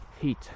heat